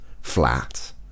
flat